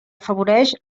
afavoreix